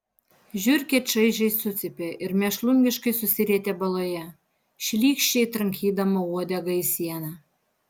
žiurkė čaižiai sucypė ir mėšlungiškai susirietė baloje šlykščiai trankydama uodegą į sieną